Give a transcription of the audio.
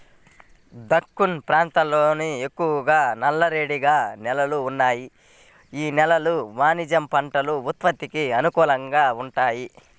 దక్కన్ ప్రాంతంలో ఎక్కువగా నల్లరేగడి నేలలు ఉన్నాయి, యీ నేలలు వాణిజ్య పంటల ఉత్పత్తికి అనుకూలంగా వుంటయ్యి